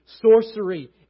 sorcery